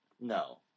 No